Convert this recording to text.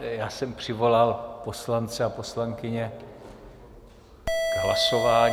Já jsem přivolal poslance a poslankyně k hlasování.